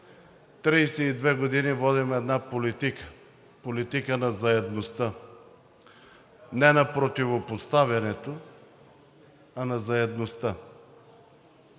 32 години водим една политика – политика на заедността, не на противопоставянето, а на заедността.